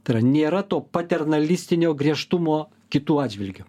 tai yra nėra to paternalistinio griežtumo kitų atžvilgiu